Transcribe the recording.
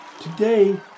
Today